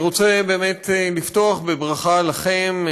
אני רוצה באמת לפתוח בברכה לכם,